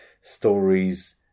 stories